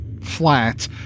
flat